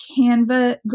Canva